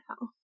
now